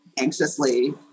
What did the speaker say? anxiously